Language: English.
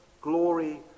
glory